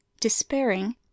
despairing